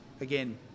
again